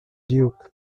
duke